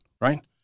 right